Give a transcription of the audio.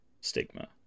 stigma